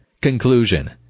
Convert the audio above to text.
Conclusion